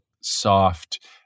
soft